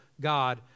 God